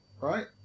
right